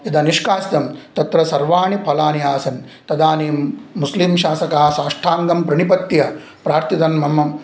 यदा निष्कासितं तत्र सर्वाणि फलानि आसन् तदानीं मुस्लिं शासकाः साष्टाङ्गं प्रणिपत्य प्रार्थितं मम